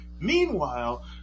Meanwhile